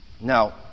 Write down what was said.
Now